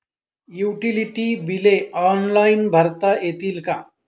Utility बिले online भरता येतील का?